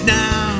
now